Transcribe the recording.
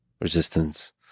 resistance